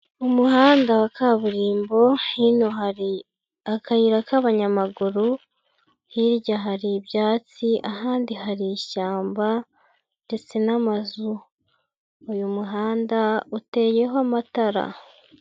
Umuhanda wa kaburimbo, hino hari akayira k'abanyamaguru, hirya hari ibyatsi, ahandi hari ishyamba ndetse n'amazu. Uyu muhanda uteyeho amatara.